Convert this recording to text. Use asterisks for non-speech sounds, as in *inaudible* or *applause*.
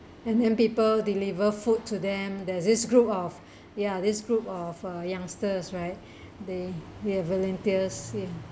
and then people deliver food to them there's this group of ya this group of uh youngsters right *breath* they they volunteers